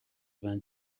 vingt